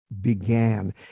began